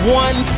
one